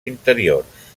interiors